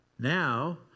Now